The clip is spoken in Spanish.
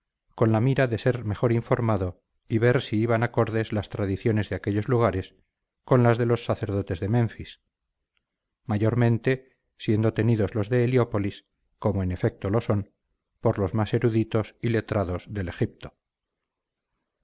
con la mira de ser mejor informado y ver si iban acordes las tradiciones de aquellos lugares con las de los sacerdotes de menfis mayormente siendo tenidos los de heliópolis como en efecto lo son por los más eruditos y letrados del egipto